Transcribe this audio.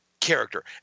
character